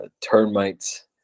termites